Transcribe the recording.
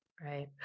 right